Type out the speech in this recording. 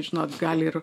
žinot gali ir